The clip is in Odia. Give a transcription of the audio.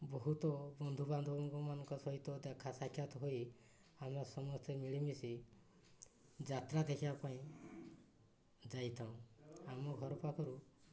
ବହୁତ ବନ୍ଧୁବାନ୍ଧବଙ୍କ ମାନଙ୍କ ସହିତ ଦେଖା ସାକ୍ଷାତ ହୋଇ ଆମେ ସମସ୍ତେ ମିଳିମିଶି ଯାତ୍ରା ଦେଖିବା ପାଇଁ ଯାଇଥାଉ ଆମ ଘର ପାଖରୁ